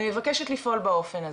אני מבקשת לפעול באופן הזה.